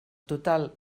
total